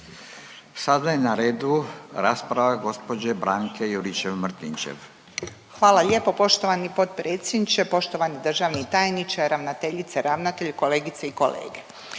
Sada je na redu rasprava gospođe Branke Juričev-Martinčev. **Juričev-Martinčev, Branka (HDZ)** Hvala lijepo. Poštovani potpredsjedniče, poštovani državni tajniče, ravnateljice, ravnatelju, kolegice i kolege.